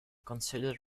considered